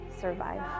survive